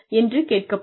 என்று கேட்கப்படும்